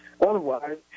Otherwise